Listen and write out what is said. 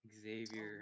Xavier